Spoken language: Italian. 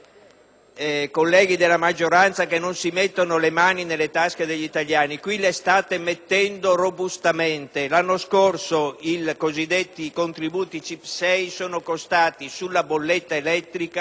Spesso, colleghi della maggioranza, affermate che non si mettono le mani nelle tasche degli italiani, ma in questo caso le state mettendo robustamente. L'anno scorso i cosiddetti contributi CIP6 sono costati sulla bolletta elettrica